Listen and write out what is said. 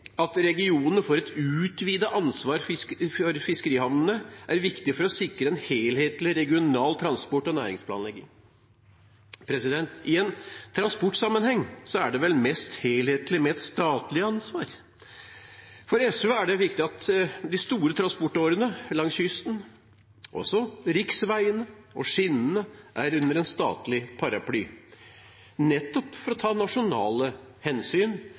at regionene får et utvidet ansvar for fiskerihavnene, er viktig for å sikre en helhetlig regional transport- og næringsplanlegging. I en transportsammenheng er det vel mest helhetlig med et statlig ansvar. For SV er det viktig at de store transportårene langs kysten, og også riksveiene og skinnene, er under en statlig paraply, nettopp for å ta nasjonale hensyn,